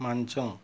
మంచం